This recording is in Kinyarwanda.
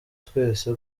twese